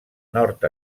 nord